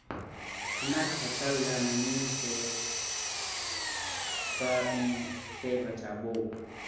हमर फसल ल नमी से क ई से बचाबो?